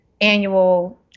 annual